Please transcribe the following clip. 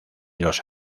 los